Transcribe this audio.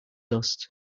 dust